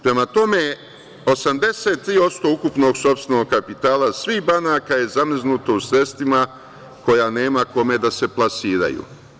Prema tome, 83% ukupnog sopstvenog kapitala svih banaka je zamrznuto u sredstvima koja nema kome da se plasiraju.